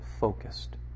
focused